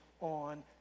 on